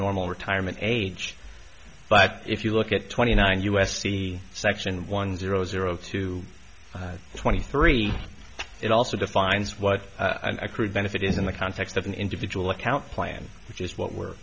normal retirement age but if you look at twenty nine u s c section one zero zero two twenty three it also defines what i crewed benefit is in the context of an individual account plan which is what we're